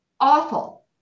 Awful